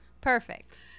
Perfect